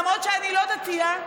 למרות שאני לא דתייה,